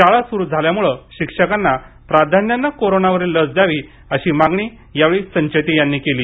शाळा सुरू झाल्यामुळे शिक्षकांना प्राधान्याने करोनावरील लस द्यावी अशी मागणी संचेती यांनी यावेळी केली